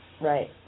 right